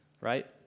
Right